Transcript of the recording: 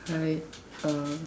hi uh